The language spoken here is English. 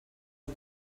are